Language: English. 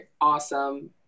Awesome